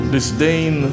Disdain